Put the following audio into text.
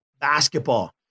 basketball